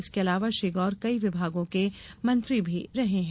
इसके अलावा श्री गौर कई विभागों के मंत्री भी रहे हैं